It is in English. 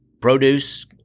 produce